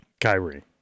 kyrie